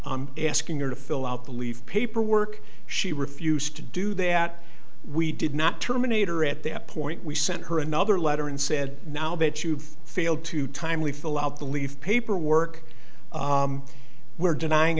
by asking her to fill out the leave paperwork she refused to do that we did not terminate her at that point we sent her another letter and said now that you've failed to timely fill out the leave paperwork we're denying